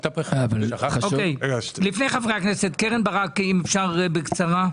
קרן ברק, אם אפשר בקצרה.